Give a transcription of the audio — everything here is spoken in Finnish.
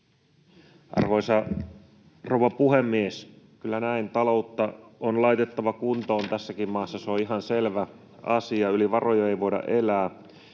Arvoisa rouva puhemies! Kyllä taloutta on laitettava kuntoon tässäkin maassa. Se on ihan selvä asia. Yli varojen ei voida elää,